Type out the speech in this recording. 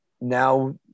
now